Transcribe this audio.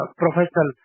professional